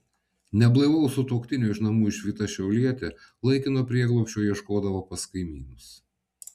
neblaivaus sutuoktinio iš namų išvyta šiaulietė laikino prieglobsčio ieškodavo pas kaimynus